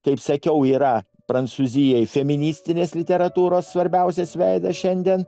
kaip sakiau yra prancūzijai feministinės literatūros svarbiausias veidas šiandien